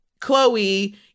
Chloe